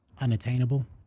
unattainable